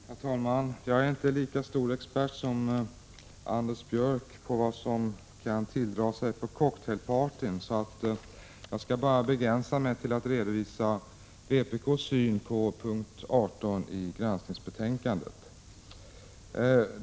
Herr talman! Jag är inte lika stor expert som Anders Björck på vad som kan tilldra sig på cocktailpartyn, så jag skall begränsa mig till att redovisa vpk:s syn på p. 18 i granskningsbetänkandet.